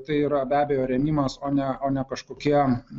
tai yra be abejo rėmimas o ne o ne kažkokie